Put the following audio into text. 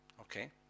Okay